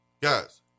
Guys